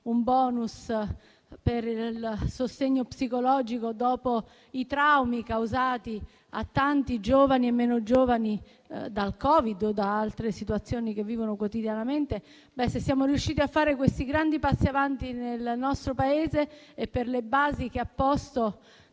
un *bonus* per il sostegno psicologico dopo i traumi causati a tanti giovani e meno giovani dal COVID o da altre situazioni che vivono quotidianamente; se siamo riusciti a fare questi grandi passi avanti nel nostro Paese, è per le basi che ha posto